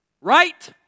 Right